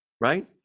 right